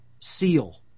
seal